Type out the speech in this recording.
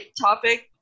topic